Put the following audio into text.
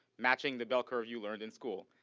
matching the bell curve you learned in school.